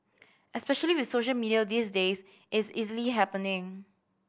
especially with social media these days it's easily happening